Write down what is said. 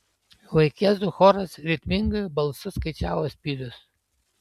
vaikėzų choras ritmingai balsu skaičiavo spyrius